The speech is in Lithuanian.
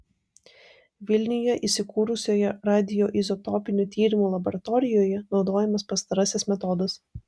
vilniuje įsikūrusioje radioizotopinių tyrimų laboratorijoje naudojamas pastarasis metodas